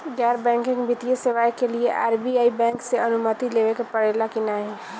गैर बैंकिंग वित्तीय सेवाएं के लिए आर.बी.आई बैंक से अनुमती लेवे के पड़े ला की नाहीं?